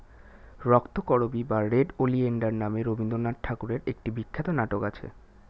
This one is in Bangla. রক্তকরবী বা রেড ওলিয়েন্ডার নামে রবিন্দ্রনাথ ঠাকুরের একটি বিখ্যাত নাটক আছে